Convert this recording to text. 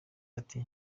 ati